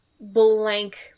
blank